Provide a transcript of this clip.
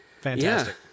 fantastic